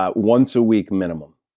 ah once a week minimum.